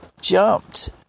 jumped